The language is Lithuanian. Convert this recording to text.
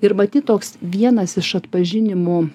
ir matyt toks vienas iš atpažinimo